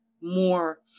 more